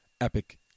epic